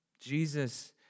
Jesus